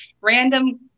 random